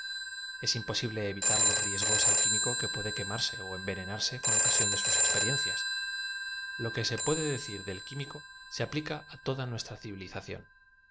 gación es imposible evitar los riesgos al químico que puede quemarse envenenado con ocasión de sus ex periencias l o que se puede decir del químico se apli ca á toda nuestra civilización